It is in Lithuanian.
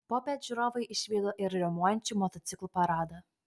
popiet žiūrovai išvydo ir riaumojančių motociklų paradą